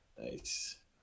Nice